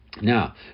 Now